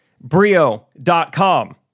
Brio.com